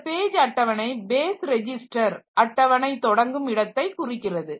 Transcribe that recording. இந்த பேஜ் அட்டவணை base register அட்டவணை தொடங்கும் இடத்தை குறிக்கிறது